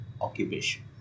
occupation